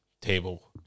table